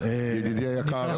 --- ידידי היקר,